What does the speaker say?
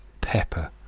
Pepper